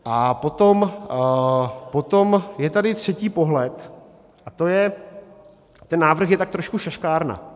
A potom je tady třetí pohled, a to je, ten návrh je tak trošku šaškárna.